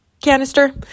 canister